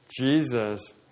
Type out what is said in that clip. Jesus